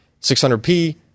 600P